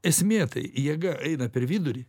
esmė tai jėga eina per vidurį